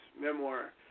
memoir